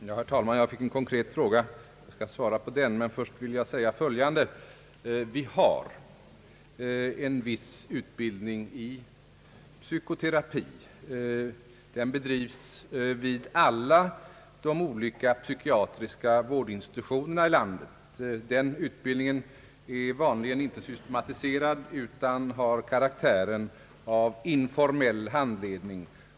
Herr talman! Jag fick en konkret fråga och skall svara på den, men först vill jag säga följande. Vi har en viss utbildning i psykoterapi. Den bedrivs vid alla de olika psykiatriska vårdinstitutionerna i landet. Vanligen är den inte systematiserad utan har karaktären av informell handledning.